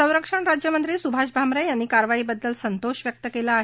संरक्षण राज्यमंत्री सुभाश भामरे यांनीही या कारवाईबद्दल संतोष व्यक्त केला आहे